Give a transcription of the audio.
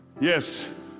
Yes